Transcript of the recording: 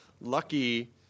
lucky